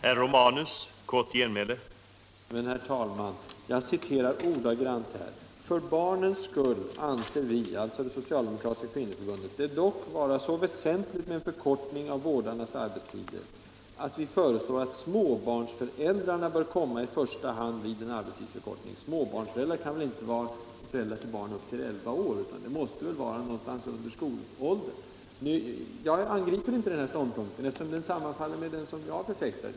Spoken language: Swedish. Herr talman! Jag citerar ordagrant: ”För barnens skull anser vi” — alltså det socialdemokratiska kvinnoförbundet — ”det dock vara så väsentligt med en förkortning av vårdarnas arbetstider att vi föreslår att småbarnsföräldrarna bör komma i första hand vid en arbetstidsförkortning.” Småbarnsföräldrar kan väl inte betyda föräldrar till barn upp till elva år! Det måste gälla barn någonstans under skolåldern. Jag angriper inte denna programpunkt, eftersom den sammanfaller med den som jag förfäktar.